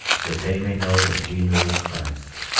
that they may know that we knew of christ,